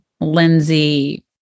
Lindsay